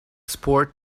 sport